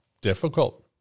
difficult